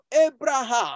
Abraham